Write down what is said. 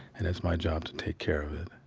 and it's my job to take care of it.